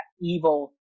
evil